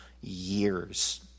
years